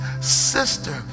sister